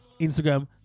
Instagram